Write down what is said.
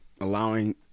allowing